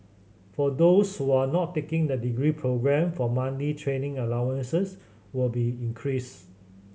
for those who are not taking the degree programme for monthly training allowances will be increased